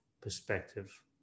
Perspective